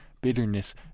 bitterness